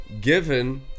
given